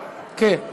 כן,